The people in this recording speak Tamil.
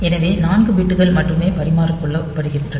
எனவே 4 பிட்கள் மட்டுமே பரிமாறிக்கொள்ளப்படுகின்றன